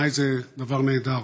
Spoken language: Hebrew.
ובעיניי זה דבר נהדר.